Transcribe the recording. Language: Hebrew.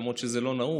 למרות שזה לא נהוג,